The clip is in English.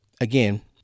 again